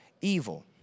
evil